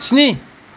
स्नि